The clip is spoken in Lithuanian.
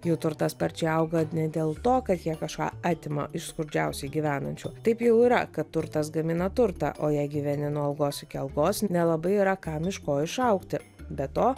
jų turtas sparčiai auga ne dėl to kad jie kažką atima iš skurdžiausiai gyvenančių taip jau yra kad turtas gamina turtą o jei gyveni nuo algos iki algos nelabai yra kam iš ko išaugti be to